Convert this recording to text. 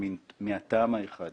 מהטעם האחד